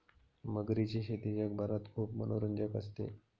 मगरीची शेती जगभरात खूप मनोरंजक असते